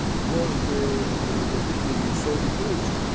because the the building is so huge,